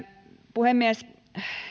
puhemies